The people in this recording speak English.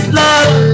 love